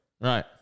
right